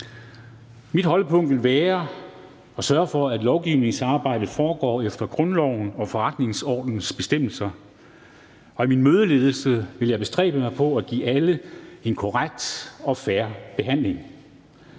Mit holdepunkt vil være at sørge for, at lovgivningsarbejdet foregår efter grundloven og forretningsordenens bestemmelser, og i min mødeledelse vil jeg bestræbe mig på at give alle en korrekt og fair behandling.